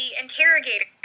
interrogator